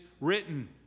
written